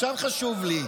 עכשיו חשוב לי.